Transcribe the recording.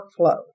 workflow